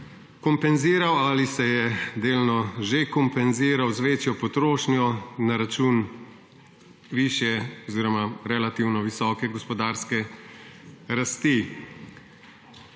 kompenziral – ali se je delno že kompenziral – z večjo potrošnjo na račun višje oziroma relativno visoke gospodarske rasti.